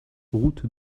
route